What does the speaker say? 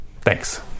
Thanks